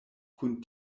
kun